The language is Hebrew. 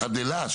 חדלה,